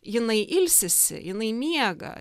jinai ilsisi jinai miega